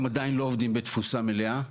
הם עדיין לא עובדים בתפוסה מלאה.